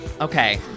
Okay